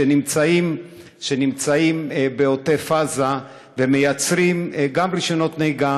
שנמצאים בעוטף-עזה ומייצרים גם רישיונות נהיגה